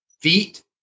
feet